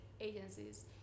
agencies